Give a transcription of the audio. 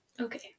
Okay